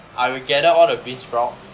I will gather all the beansprouts